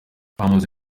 abamuzi